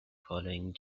following